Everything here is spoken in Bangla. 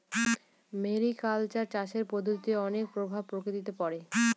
মেরিকালচার চাষের পদ্ধতির অনেক প্রভাব প্রকৃতিতে পড়ে